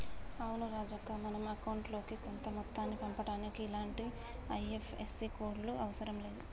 అవును రాజక్క మనం అకౌంట్ లోకి కొంత మొత్తాన్ని పంపుటానికి ఇలాంటి ఐ.ఎఫ్.ఎస్.సి కోడ్లు అవసరం లేదు